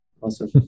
awesome